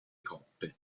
coppe